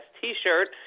t-shirt